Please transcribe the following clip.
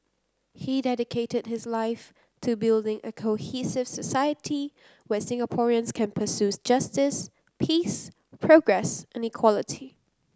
he dedicated his life to building a cohesive society where Singaporeans can pursue justice peace progress and equality